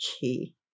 key